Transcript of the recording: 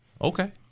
Okay